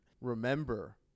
remember